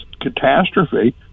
catastrophe